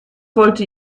wollte